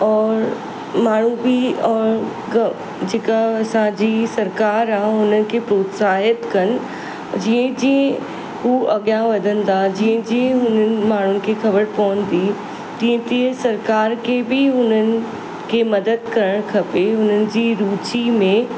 और माण्हू बि और जेका असांजी सरकारु आहे हुननि खे प्रोतसाहित कनि जीअं जीअं उहे अॻियां वधंदा जीअं जीअं हुननि माण्हुनि खे ख़बर पवंदी तीअं तीअं सरकार खे बि हुननि खे मदद करणु खपे हुननि जी रुची में